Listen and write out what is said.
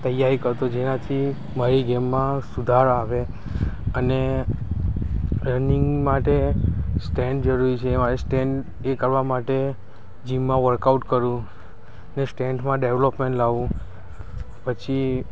તૈયારી કરતો જેનાથી મારી ગેમમાં સુધાર આવે અને રનિંગ માટે સ્ટેન જરૂરી છે એ મારી સ્ટેન એ કરવા માટે જિમમાં વર્કઆઉટ કરું કે સ્ટ્રેન્થમાં ડેવલોપમેન્ટ લાવું પછી